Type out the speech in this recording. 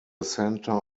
center